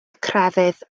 crefydd